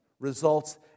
Results